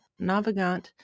Navigant